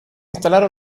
instalaron